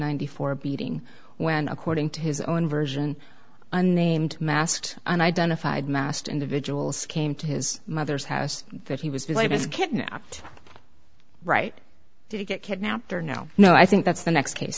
ninety four beating when according to his own version unnamed masked and identified mast individuals came to his mother's house that he was kidnapped right to get kidnapped or no no i think that's the next case